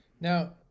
now